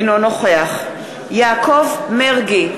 אינו נוכח יעקב מרגי,